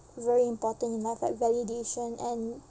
very important in life like validation and